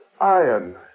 iron